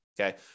okay